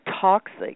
toxic